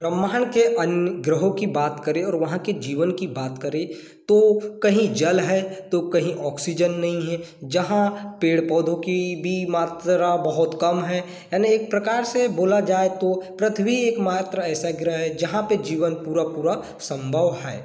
ब्रह्माण्ड के अन्य ग्रहों की बात करें और वहाँ के जीवन की बात करें तो कहीं जल है तो कहीं जल है तो कहीं ऑक्सीजन नहीं है जहाँ पेड़ पौधों की भी मात्रा बहुत कम है यानि एक प्रकार से बोला जाये तो पृथ्वी एकमात्र ऐसा ग्रह है जहाँ पे जीवन पूरा पूरा संभव है